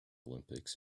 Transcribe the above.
olympics